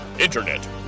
Internet